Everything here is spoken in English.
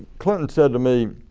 clinton said to me,